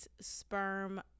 sperm